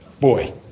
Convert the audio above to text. boy